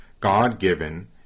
God-given